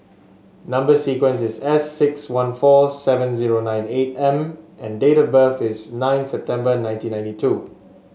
number sequence is S six one four seven zero nine eight M and date of birth is nine September nineteen ninety two